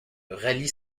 rallie